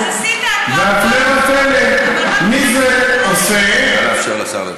אז עשית, נא לאפשר לשר לדבר.